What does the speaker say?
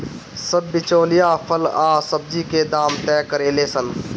सब बिचौलिया फल आ सब्जी के दाम तय करेले सन